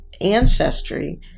ancestry